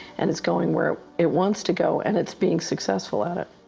and it's going where it wants to go, and it's being successful at it.